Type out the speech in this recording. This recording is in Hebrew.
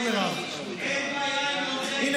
השר מלכיאלי, אין בעיה עם לומדי תורה.